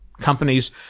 companies